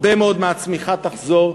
הרבה מאוד מהצמיחה תחזור.